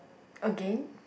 again